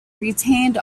retained